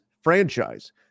franchise